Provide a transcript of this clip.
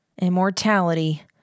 Immortality